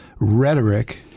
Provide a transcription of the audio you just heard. rhetoric